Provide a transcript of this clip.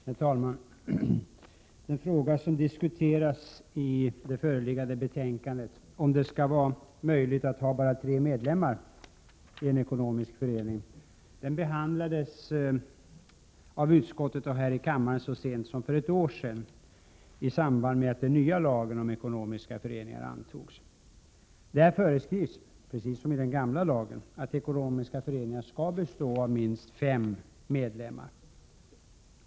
Herr talman! Den fråga som diskuteras i det föreliggande betänkandet — huruvida det skall vara möjligt att ha bara tre medlemmar i en ekonomisk förening — behandlades av utskottet och här i kammaren så sent som för ett år sedan i samband med att den nya lagen om ekonomiska föreningar antogs. Där föreskrivs, precis som i den gamla lagen, att ekonomiska föreningar skall bestå av minst fem medlemmar.